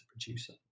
producer